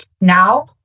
Now